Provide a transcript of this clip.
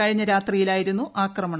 കഴിഞ്ഞ രാതിയിലായിരുന്നു ആക്രമണം